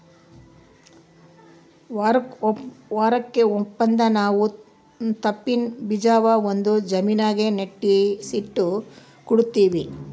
ವಾರುಕ್ ಒಂದಪ್ಪ ನಾವು ತಂಪಿನ್ ಬೀಜಾನ ಒಂದು ಜಾಮಿನಾಗ ನೆನಿಸಿಟ್ಟು ಕುಡೀತೀವಿ